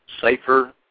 Safer